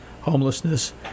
homelessness